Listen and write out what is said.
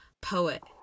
poet